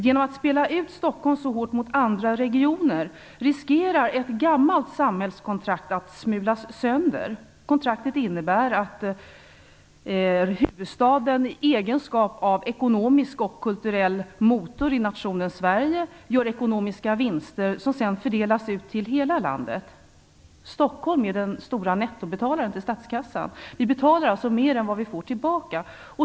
Genom att spela ut Stockholm så hårt mot andra regioner riskerar ett gammalt samhällskontrakt att smulas sönder. Kontraktet innebär att huvudstaden, i egenskap av ekonomisk och kulturell motor i nationen Sverige, gör ekonomiska vinster som sedan fördelas ut till hela landet. Stockholm är den stora nettobetalaren till statskassan. Vi betalar alltså mer än vad vi får tillbaka.